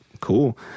cool